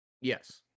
Yes